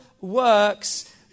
works